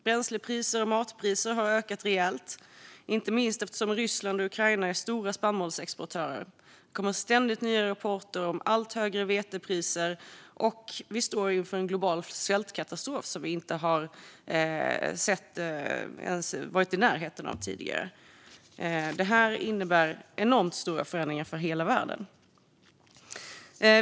Bränslepriser och matpriser har ökat rejält, inte minst eftersom Ryssland och Ukraina är stora spannmålsexportörer. Det kommer ständigt nya rapporter om allt högre vetepriser, och vi står inför en global svältkatastrof som vi inte ens har varit i närheten av tidigare. Det här innebär enormt stora förändringar för hela värden.